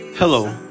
Hello